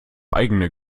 eigene